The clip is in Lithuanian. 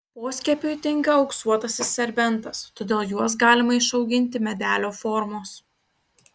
poskiepiui tinka auksuotasis serbentas todėl juos galima išauginti medelio formos